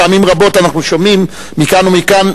פעמים רבות אנחנו שומעים מכאן ומכאן,